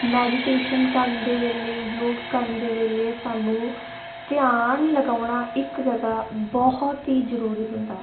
meditation ਕਰਨ ਦੇ ਵੇਲੇ ਯੋਗ ਕਰਨ ਦੇ ਵੇਲੇ ਸਾਨੂੰ ਧਿਆਨ ਲਗਾਉਣਾ ਇੱਕ ਜਗ੍ਹਾ ਬਹੁਤ ਹੀ ਜ਼ਰੂਰੀ ਹੁੰਦਾ